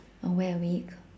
or wear a wig